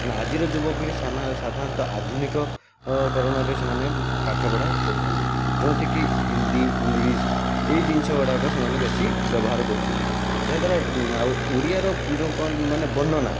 କିନ୍ତୁ ଆଜିର ଯୁବପିଢ଼ି ସାଧାରଣତଃ ଆଧୁନିକ କରଣରେ ସେମାନେ ପାଠପଢ଼ା କରୁଛନ୍ତି ଯେଉଁଥିକି ହିନ୍ଦୀ ଇଂଲିଶ୍ ଏଇ ଜିନିଷ ଗୁଡ଼ାକ ସେମାନେ ବେଶୀ ବ୍ୟବହାର କରୁଛନ୍ତି ଯାହାଦ୍ଵାରା ଆଉ ଓଡ଼ିଆର ଯେଉଁ କୁହନ୍ତିନି ମାନେ ବର୍ଣ୍ଣନା